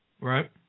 Right